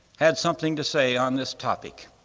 had something to say on this topic.